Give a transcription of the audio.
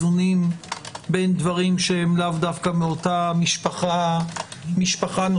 בין דברים שהם לאו דווקא מאותה משפחה נושאית.